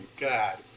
God